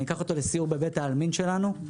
אני אקח אותו לסיור בבית העלמין שלנו.